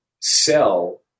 sell